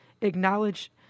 acknowledge